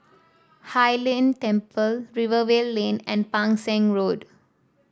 Hai Lnn Temple Rivervale Lane and Pang Seng Road